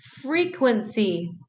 frequency